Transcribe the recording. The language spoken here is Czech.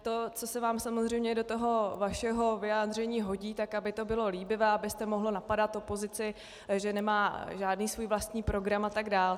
To, co se vám samozřejmě do toho vašeho vyjádření hodí tak, aby to bylo líbivé, abyste mohl napadal opozici, že nemá žádný svůj vlastní program, a tak dále.